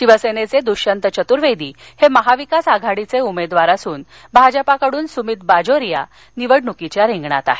शिवसेनेचे दृष्यंत चतुर्वेदी हे महाविकास आघाडीचे उमेदवार असून भाजपाकडुन सुमित बाजोरिया निवडणुक रिंगणात आहे